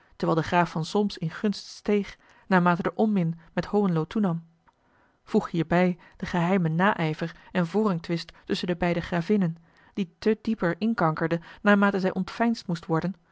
terwijl de graaf van solnis in gunst steeg naarmate de onmin met hohenlo toenam voeg hierbij den geheimen naijver en voorrang twist tusschen de beide gravinnen die te dieper inkankerde naarmate zij ontveinsd moest worden